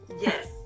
Yes